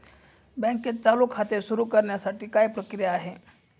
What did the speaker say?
बँकेत चालू खाते सुरु करण्यासाठी काय प्रक्रिया आहे?